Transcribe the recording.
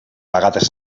vegades